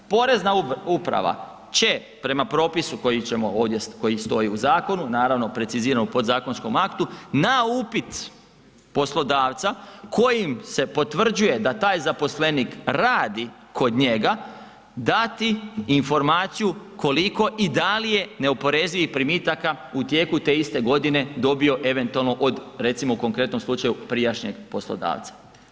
Porezna uprava će prema propisu koji ćemo ovdje, koji stoji u zakonu, naravno, precizirano podzakonskom aktu, na upit poslodavca kojim se potvrđuje da taj zaposlenik radi kod njega dati informaciju koliko i da li je neoporezivih primitaka u tijeku te iste godine dobio eventualno od, recimo u konkretnom slučaju, prijašnjeg poslodavca.